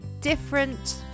different